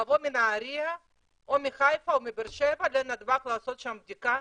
לבוא מנהריה או מחיפה או מבאר-שבע לנתב"ג ולעשות שם בדיקה?